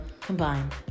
combined